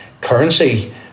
currency